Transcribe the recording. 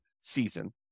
season